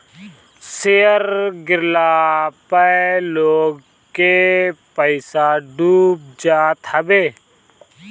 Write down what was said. share गिरला पअ लोग के पईसा डूब जात हवे